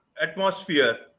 atmosphere